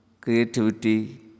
creativity